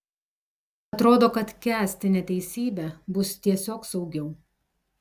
atrodo kad kęsti neteisybę bus tiesiog saugiau